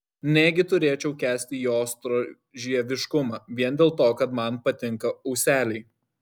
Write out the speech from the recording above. negi turėčiau kęsti jo storžieviškumą vien dėl to kad man patinka ūseliai